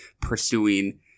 pursuing